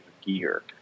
gear